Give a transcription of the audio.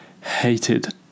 hated